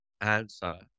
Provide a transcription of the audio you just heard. answer